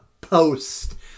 post